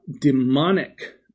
demonic